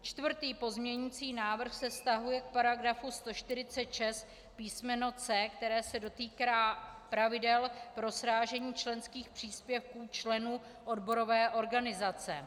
Čtvrtý pozměňující návrh se vztahuje k § 146 písm. c), které se dotýká pravidel pro srážení členských příspěvků členů odborové organizace.